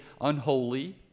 unholy